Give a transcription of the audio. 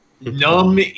Numb